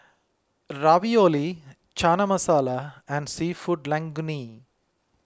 Ravioli Chana Masala and Seafood Linguine